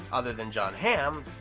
other than jon hamm,